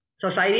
society